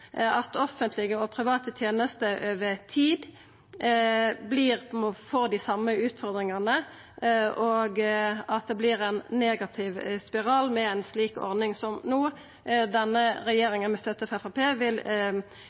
at offentlege og private tenester over tid får dei same utfordringane, og at det vert ein negativ spiral med ei slik ordning, som denne regjeringa no, med støtte frå Framstegspartiet, vil